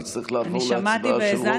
נצטרך לעבור להצבעה של רוב ומיעוט,